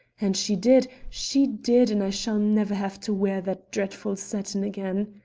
and she did, she did, and i shall never have to wear that dreadful satin again.